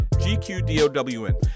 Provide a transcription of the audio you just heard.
G-Q-D-O-W-N